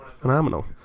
Phenomenal